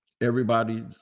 everybody's